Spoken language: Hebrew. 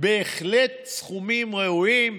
הם בהחלט סכומים ראויים.